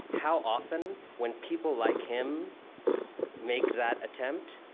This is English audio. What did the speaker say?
how often, when people like him make that attempt,